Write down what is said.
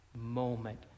moment